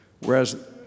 Whereas